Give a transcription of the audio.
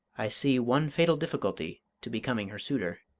i see one fatal difficulty to becoming her suitor.